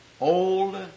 Old